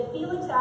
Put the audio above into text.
Felix